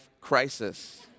crisis